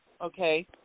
okay